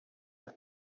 for